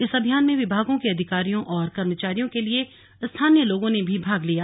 इस अभियान में विभागों के अधिकारियों और कर्मचारियों के लिए स्थानीय लोगों ने भी भाग लिया